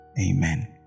amen